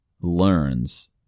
learns